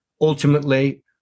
ultimately